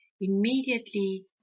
immediately